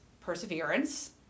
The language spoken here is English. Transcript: perseverance